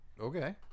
Okay